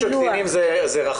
א אפוטרופסות של קטינים זה רחב.